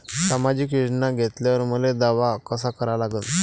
सामाजिक योजना घेतल्यावर मले दावा कसा करा लागन?